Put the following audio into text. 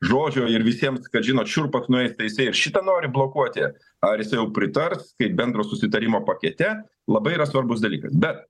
žodžio ir visiems kad žinot šiurpas nueis tai jisai ir šitą nori blokuoti ar jisai jau pritars kaip bendro susitarimo pakete labai yra svarbus dalykas bet